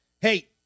Hey